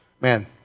man